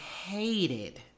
hated